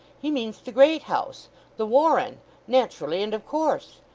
he means the great house the warren naturally and of course.